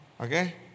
okay